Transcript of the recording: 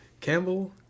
Campbell